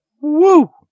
Woo